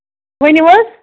ؤنِو حظ